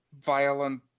violent